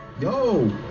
Yo